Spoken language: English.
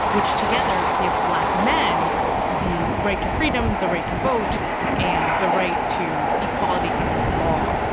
which together give black men the right to freedom, the right to vote and the right to equality under the law.